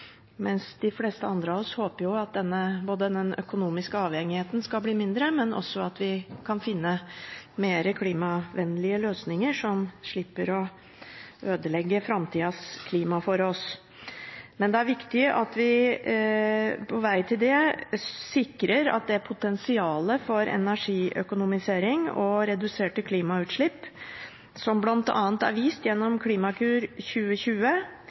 mens de fleste andre av oss håper jo både at den økonomiske avhengigheten skal bli mindre, og at vi også kan finne mer klimavennlige løsninger som slipper å ødelegge framtidas klima for oss. Men det er viktig at vi, på vegen dit, sikrer at det potensialet for energiøkonomisering og reduserte klimautslipp som bl.a. er vist gjennom Klimakur 2020